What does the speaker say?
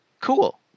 cool